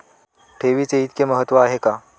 ठेवीचे इतके महत्व का आहे?